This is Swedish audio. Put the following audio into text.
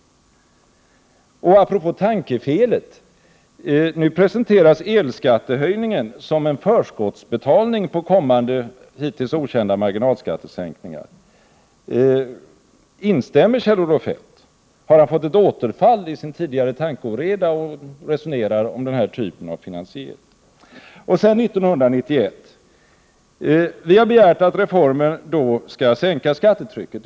Apropå tankefelet presenteras nu elskattehöjningen som en förskottsbetalning av kommande, hittills okända, marginalskattesänkningar. Instämmer Kjell-Olof Feldt? Har han fått ett återfall i sin tidigare tankeoreda och resonerar om denna typ av finansiering? Vi har begärt att reformen 1991 skall sänka skattetrycket.